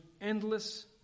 endless